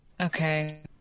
Okay